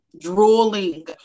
Drooling